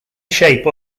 shape